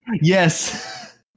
Yes